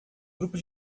grupo